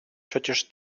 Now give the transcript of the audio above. przecież